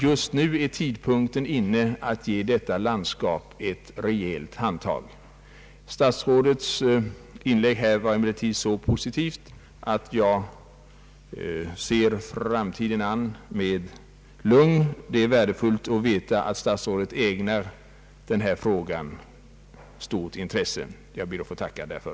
Just nu är tidpunkten inne att ge detta landskap ett rejält handtag. Statsrådets senaste inlägg var så positivt att man efter det bör kunna se framtiden an med större lugn. Det är värdefullt att veta att statsrådet kommer att ägna Ölandsfrågan stort intresse. Jag ber att få tacka därför.